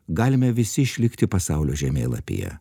galime visi išlikti pasaulio žemėlapyje